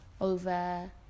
over